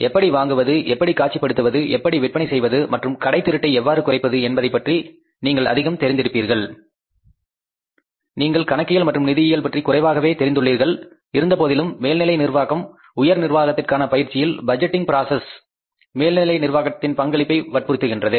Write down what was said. எப்படி வாங்குவது எப்படி காட்சிப்படுத்துவது எப்படி விற்பனை செய்வது மற்றும் கடை திருட்டை எவ்வாறு குறைப்பது என்பதை பற்றி நீங்கள் அதிகம் தெரிந்து இருப்பீர்கள் நீங்கள் கணக்கியல் மற்றும் நிதியியல் பற்றி குறைவாகவே தெரிந்துள்ளீர்கள் இருந்தபோதிலும் மேல்நிலை நிர்வாகம் உயர் நிர்வாகத்திற்கான பயிற்சியில் பட்ஜெட்டிங் ப்ரஸெஸ்ல் மேல்நிலை நிர்வாகத்தின் பங்களிப்பை வற்புறுத்துகின்றது